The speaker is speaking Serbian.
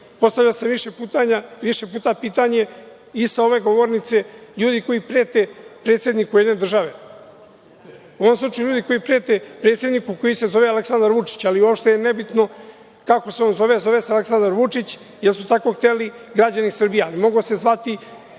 postavljao sam više puta pitanje i sa ove govornice, ljudi koji prete predsedniku jedne države, u ovom slučaju ljudi koji prete predsedniku koji se zove Aleksandar Vučić, ali uopšte je nebitno kako se on zove, zove se Aleksandar Vučić, jer su tako hteli građani Srbije, ali mogao se zvati